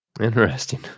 Interesting